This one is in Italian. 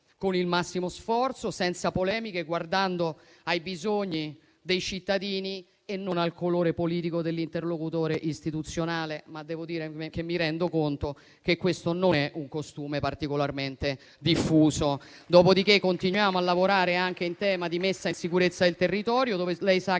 con il massimo sforzo, senza polemiche, guardando ai bisogni dei cittadini e non al colore politico dell'interlocutore istituzionale. Devo dire, però, che mi rendo conto che questo non è un costume particolarmente diffuso. Dopodiché, noi continuiamo a lavorare anche in tema di messa in sicurezza del territorio, dove lei sa che